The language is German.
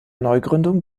neugründung